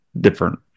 different